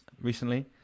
recently